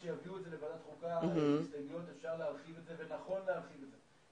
כשיביאו את זה לוועדת חוקה אפשר להרחיב את זה ונכון להרחיב את זה.